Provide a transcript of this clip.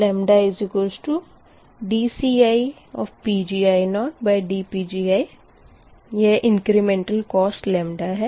λdCiPgi0dPgi यह incremental cost है